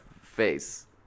face